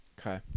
Okay